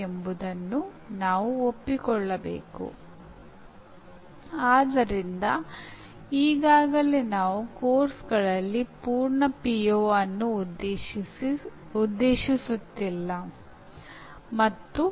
ಆದರೆ ನಾವು ಅರಿತುಕೊಳ್ಳಬೇಕಾದ ಸಂಗತಿಯೆಂದರೆ ಕಲಿಕೆಯ ತತ್ವಗಳನ್ನು ಹಲವಾರು ವರ್ಷಗಳಿಂದ ಗುರುತಿಸಲಾಗುತ್ತಿದೆ